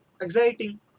exciting